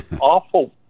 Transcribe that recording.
awful